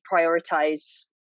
prioritize